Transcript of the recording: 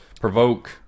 provoke